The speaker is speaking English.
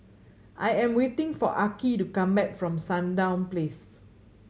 I am waiting for Arkie to come back from Sandown Place